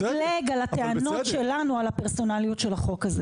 ואתה כל הזמן מלגלג על הפרסונליות של החוק הזה.